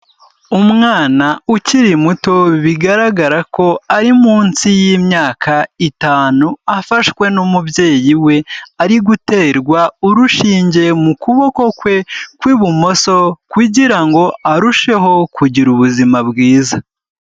Umwana ukiri muto bigaragara ko ari munsi y'imyaka itanu, afashwe n'umubyeyi we, ari guterwa urushinge mu kuboko kwe kw'ibumoso kugira ngo arusheho kugira ubuzima bwiza.